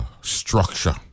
structure